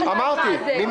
על מה